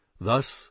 Thus